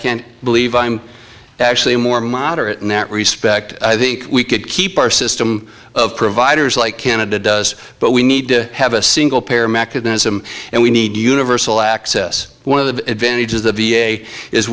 can't believe i'm actually more moderate in that respect i think we could keep our system of providers like canada does but we need to have a single payer mechanism and we need universal access one of the advantages